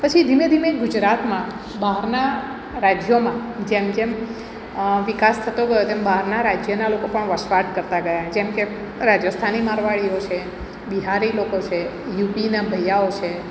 પછી ધીમે ધીમે ગુજરતમાં બહારના રાજ્યોમાં જેમ જેમ વિકાસ થતો ગયો તેમ બહારના રાજ્યના લોકો પણ વસવાટ કરતા ગયા જેમ કે રાજસ્થાની મારવાડીઓ છે બિહારી લોકો છે યુપીના ભૈયાઓ છે